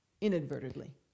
inadvertently